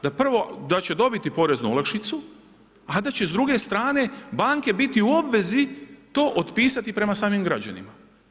Da prvo, da će dobiti poreznu olakšicu, a da će s druge strane banke biti u obvezi to otpisati prema samim građanima.